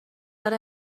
داره